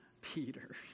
Peter